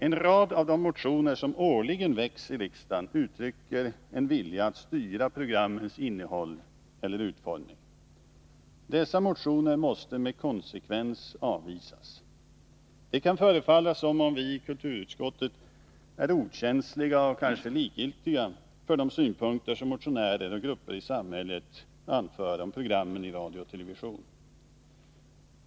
En rad av de motioner som årligen väcks i riksdagen uttrycker en vilja att styra programmens innehåll eller utformning. Dessa motioner måste med konsekvens avvisas. Det kan förefalla som om vi i kulturutskottet är okänsliga och kanske likgiltiga för de synpunkter som motionärer och grupper i samhället anför om programmen i radio och TV.